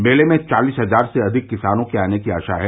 मेले में चालिस हजार से अधिक किसानों के आने की आशा है